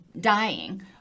dying